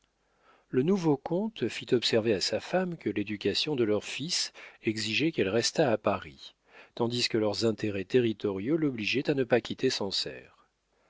le nouveau comte fit observer à sa femme que l'éducation de leurs fils exigeait qu'elle restât à paris tandis que leurs intérêts territoriaux l'obligeaient à ne pas quitter